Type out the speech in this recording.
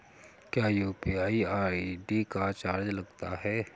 क्या UPI ID का charge लगता है?